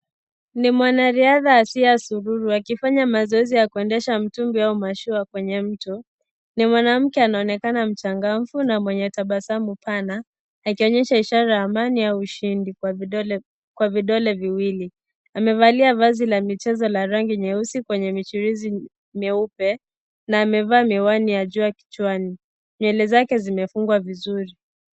Ni mwanariadha Asia Sururu akifanya mazoezi ya kuendesha mtumbi au mashua kwenye mto . Ni mwanamke anaonekana mchangamfu na mwenye tabasamu sana akionyesha ishara ya amani au ushindi kwa vidole kwa vidole viwili . Amevalia vazi la michezo la rangi nyeusi kwenye michirizi mieupe na amevaa miwani ya jua kichwani . Nywele zake zimefungwa vizuri.